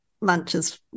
lunches